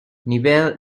newell